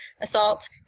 assault